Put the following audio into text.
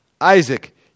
Isaac